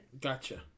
Gotcha